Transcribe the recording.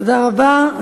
תודה רבה.